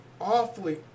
awfully